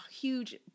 huge